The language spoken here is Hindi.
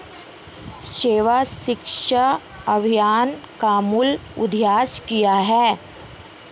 सर्व शिक्षा अभियान का मूल उद्देश्य क्या है?